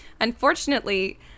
unfortunately